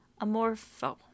Amorpho